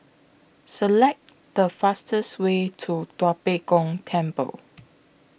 Select The fastest Way to Tua Pek Kong Temple